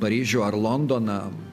paryžių ar londoną